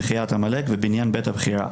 עמלק ובניין בית הבחירה.